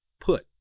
put